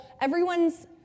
everyone's